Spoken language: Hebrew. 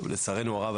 לצערנו הרב,